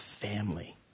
family